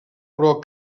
però